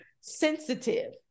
sensitive